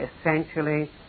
essentially